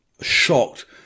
shocked